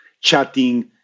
chatting